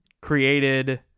created